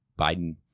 Biden